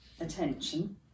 Attention